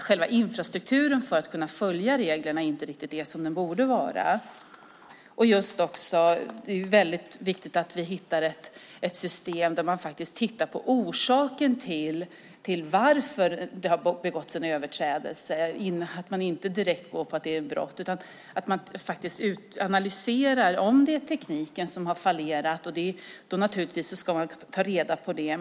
Själva infrastrukturen för att kunna följa reglerna är inte riktigt som den borde vara. Det är väldigt viktigt att vi hittar ett system där man tittar på orsaken till att det har begåtts en överträdelse, så att man inte direkt går på att det är ett brott utan analyserar om det är tekniken som har fallerat. Naturligtvis ska man ta reda på det.